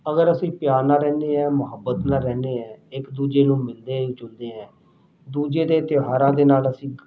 ਅਗਰ ਅਸੀਂ ਪਿਆਰ ਨਾਲ ਰਹਿੰਦੇ ਹਾਂ ਮੁਹੱਬਤ ਨਾਲ ਰਹਿੰਦੇ ਹਾਂ ਇੱਕ ਦੂਜੇ ਨੂੰ ਮਿਲਦੇ ਜੁਲਦੇ ਹਾਂ ਦੂਜੇ ਦੇ ਤਿਉਹਾਰਾਂ ਦੇ ਨਾਲ ਅਸੀਂ